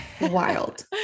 wild